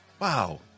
Wow